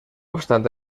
obstant